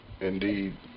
Indeed